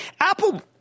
Apple